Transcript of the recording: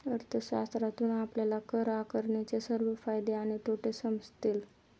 अर्थशास्त्रातून आपल्याला कर आकारणीचे सर्व फायदे आणि तोटे समजतील